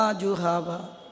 Ajuhava